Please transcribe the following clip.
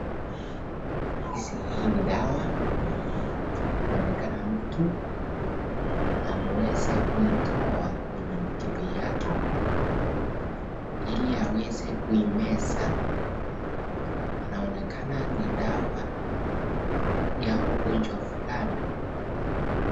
Hii ni dawa, inaonekana mtu ameweza kuitoa kwenye mkebe yake ili aweze kuimeza, inaonekana ni dawa ya ugonjwa fulani.